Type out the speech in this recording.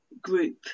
group